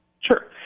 Sure